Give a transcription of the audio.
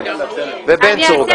וגם בן צור.